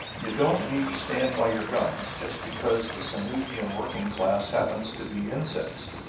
you don't need to stand by your guns just because the sanusian working class happens to be insects.